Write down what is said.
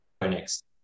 next